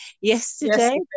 yesterday